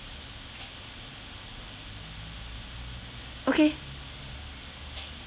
okay